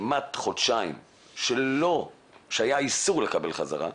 לכמעט חודשיים שהיה איסור לקבל אותם בחזרה.